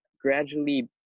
gradually